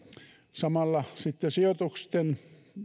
samalla sijoitusten